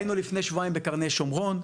היינו לפני שבועיים בקרני שומרון.